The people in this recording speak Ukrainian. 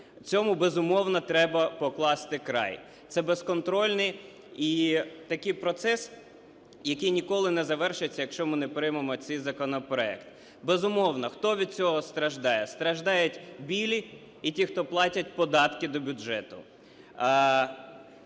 Цьому, безумовно, треба покласти край. Це безконтрольний, і такий процес, який ніколи не завершиться, якщо ми не приймемо цей законопроект. Безумовно, хто від цього страждає? Страждають "білі" і ті, хто платять податки до бюджету.